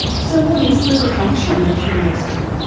so what is the function of curiosity?